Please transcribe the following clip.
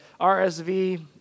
RSV